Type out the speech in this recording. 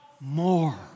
more